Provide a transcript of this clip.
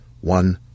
one